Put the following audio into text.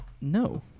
No